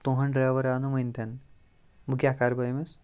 تُہُند ڈریوَر آو نہٕ وونہِ تِنہٕ وۄنۍ کیاہ کَرٕ بہٕ أمِس